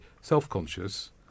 self-conscious